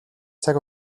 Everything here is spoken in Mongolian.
цаг